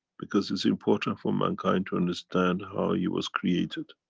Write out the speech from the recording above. because it's important for mankind to understand how he was created.